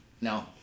No